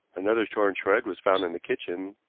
another torn shred was found in the kitchen,